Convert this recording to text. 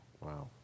Wow